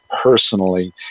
personally